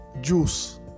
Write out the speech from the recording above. juice